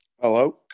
Hello